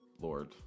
Lord